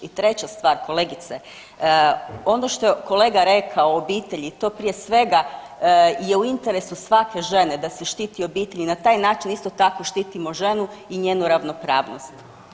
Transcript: I treća stvar kolegice ono što je kolega rekao o obitelji to prije svega je u interesu svake žene da si štiti obitelj i na taj način isto tako štitimo ženu i njenu ravnopravnost.